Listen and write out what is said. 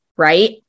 right